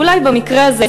ואולי במקרה הזה,